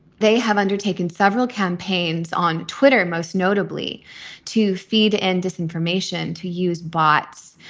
they have undertaken several campaigns on twitter, most notably to feed and disinformation to use bots.